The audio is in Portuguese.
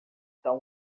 tão